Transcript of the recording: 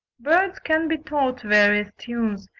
birds can be taught various tunes,